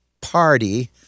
Party